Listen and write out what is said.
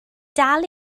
dal